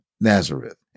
Nazareth